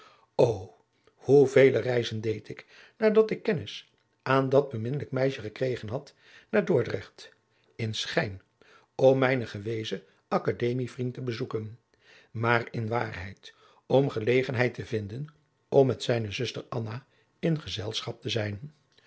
o hoe vele reizen deed ik nadat ik kennis aan dat beminnelijk meisje gekregen had naar dordrecht in schijn om mijnen gewezen akademievriend te bezoeken maar ir waarheid om gelegenheid te vinden om met zijne zuster anna in gezelschap te zijn